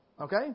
Okay